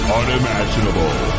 unimaginable